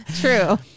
true